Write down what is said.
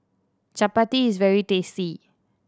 chapati is very tasty